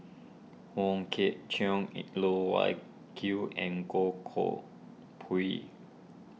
Wong Kwei Cheong Loh Wai Kiew and Goh Koh Pui